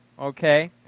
okay